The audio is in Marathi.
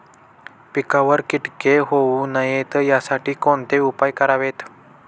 पिकावर किटके होऊ नयेत यासाठी कोणते उपाय करावेत?